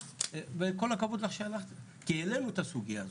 וכל הכבוד לך, ואנחנו העלינו את הסוגיה הזאת.